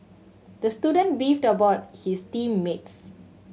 the student beefed about his team mates